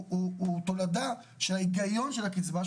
הדיסריגרד הוא תולדה של ההיגיון של הקצבה,